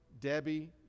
Debbie